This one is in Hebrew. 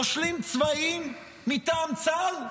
מושלים צבאיים מטעם צה"ל?